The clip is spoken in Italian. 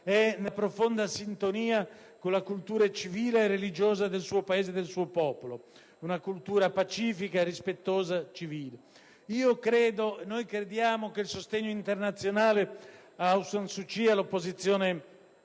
è nella profonda sintonia con la cultura civile e religiosa del suo Paese e del suo popolo, una cultura pacifica e rispettosa. Crediamo che il sostegno internazionale ad Aung San Suu Kyi e all'opposizione